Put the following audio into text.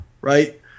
right